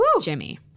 Jimmy